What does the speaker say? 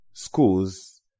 schools